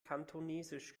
kantonesisch